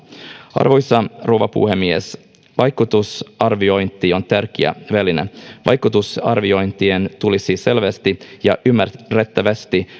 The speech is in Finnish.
arvoisa rouva puhemies vaikutusarviointi on tärkeä väline vaikutusarviointien tulisi selvästi ja ymmärrettävästi